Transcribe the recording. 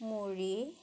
মুৰি